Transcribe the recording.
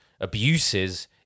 abuses